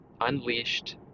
unleashed